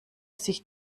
sich